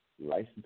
license